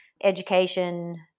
education